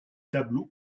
tableaux